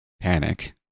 panic